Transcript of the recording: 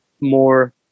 more